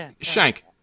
Shank